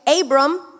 Abram